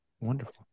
Wonderful